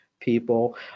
people